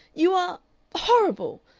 you are horrible.